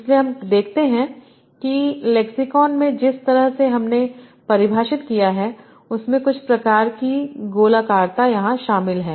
इसलिए हम देखते हैं कि लेक्सिकॉन में जिस तरह से हमने परिभाषित किया है उसमें कुछ प्रकार की गोलाकारता यहां शामिल है